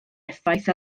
effaith